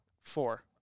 Four